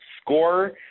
SCORE